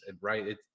right